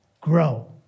grow